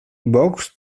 boxed